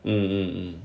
mm